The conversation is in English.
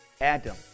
Adam